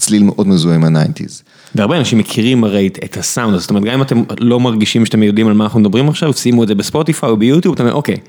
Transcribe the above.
צליל מאוד מזוהה עם ה-90'. והרבה אנשים מכירים הרי את הסאונד הזה, זאת אומרת, גם אם אתם לא מרגישים שאתם יודעים על מה אנחנו מדברים עכשיו, שימו את זה בספוטיפיי או ביוטיוב, אתה אומר, אוקיי.